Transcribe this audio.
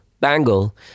Bangle